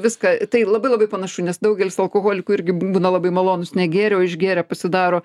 viską tai labai labai panašu nes daugelis alkoholikų irgi būna labai malonūs negėrę o išgėrę pasidaro